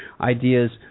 ideas